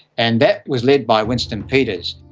and that was led by winston peters.